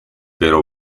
pero